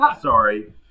Sorry